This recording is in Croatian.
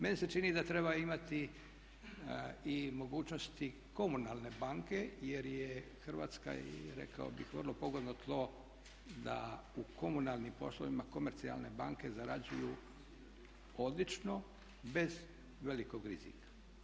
Meni se čini da treba imati i mogućnosti komunalne banke jer je Hrvatska rekao bih vrlo pogodno tlo da u komunalnim poslovima komercijalne banke zarađuju odlično bez velikog rizika.